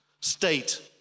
state